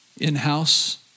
in-house